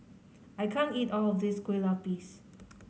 I can't eat all of this Kueh Lapis